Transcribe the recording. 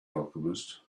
alchemist